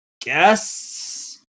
guess